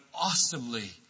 awesomely